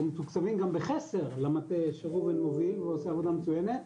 או מתוקצבים גם בחסר במטה שראובן מוביל והוא עושה עבודה מצוינת,